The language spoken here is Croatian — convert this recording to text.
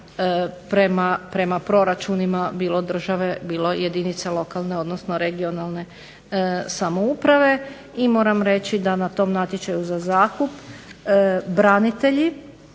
prema proračunima bilo države bilo jedinici lokalne, odnosno regionalne samouprave i moram reći da na tom natječaju za zakup branitelji